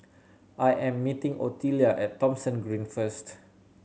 I am meeting Ottilia at Thomson Green first